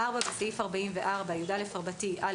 בסעיף 44יא(א)(2),